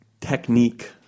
Technique